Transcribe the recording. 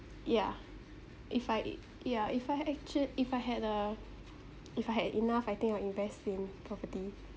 yeah if I yeah if I actual if I had a if I had enough I think I'll invest in property